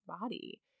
body